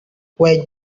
wait